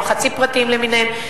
או החצי-פרטיים למיניהם,